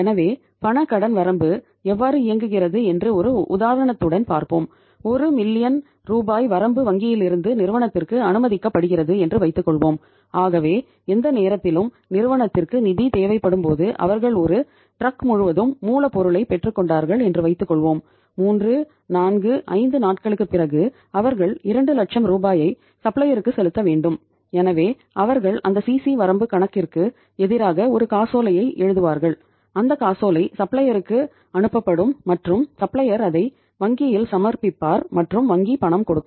எனவே பண கடன் வரம்பு எவ்வாறு இயங்குகிறது என்று ஒரு உதாரணத்துடன் பார்ப்போம் 1 மில்லியன் அதை வங்கியில் சமர்ப்பிப்பார் மற்றும் வங்கி பணம் கொடுக்கும்